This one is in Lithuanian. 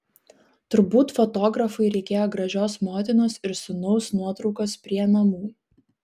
turbūt fotografui reikėjo gražios motinos ir sūnaus nuotraukos prie namų